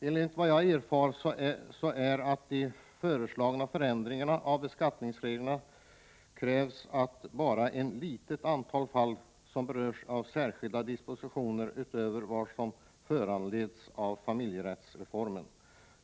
Enligt vad jag erfarit krävs det med anledning av de föreslagna förändringarna av beskattningsreglerna bara i ett litet antal fall särskilda dispositioner utöver dem som föranleds av familjerättsreformen.